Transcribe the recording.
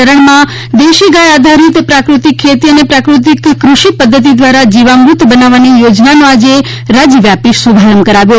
ચરણમાં દેશી ગાય આધારિત પ્રાકૃતિક ખેતી અને પ્રાકૃતિક કૃષિ પદ્ધતિ દ્વારા જીવામૃત બનાવવાની યોજનાનો આજે રાજ્ય વ્યાપી શુભારંભ કરાવ્યો